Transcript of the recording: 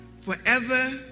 forever